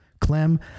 Clem